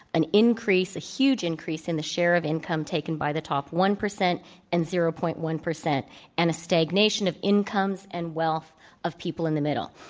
an increase, a huge increase in the share of income taken by the top one percent and zero. one percent and a stagnation of incomes and wealth of people in the middle.